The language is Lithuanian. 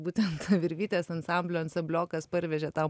būtent virvytės ansamblio ansambliokas parvežė tą